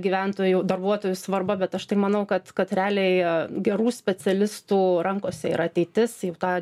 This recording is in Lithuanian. gyventojų darbuotojų svarba bet aš tai manau kad kad realiai gerų specialistų rankose yra ateitis tą